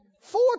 four